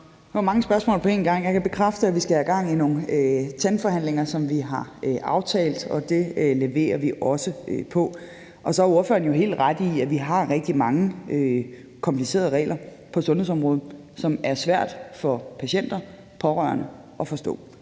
Der var mange spørgsmål på én gang. Jeg kan bekræfte, at vi skal have gang i nogle forhandlinger på tandområdet, som vi har aftalt, og det leverer vi også på. Så har ordføreren jo helt ret i, at vi har rigtig mange komplicerede regler på sundhedsområdet, som det er svært for patienterne og de pårørende at forstå.